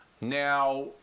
Now